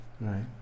Right